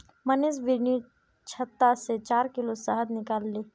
मनीष बिर्निर छत्ता से चार किलो शहद निकलाले